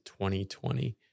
2020